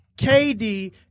KD